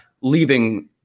leaving